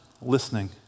listening